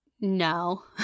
no